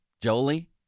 Jolie